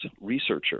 researcher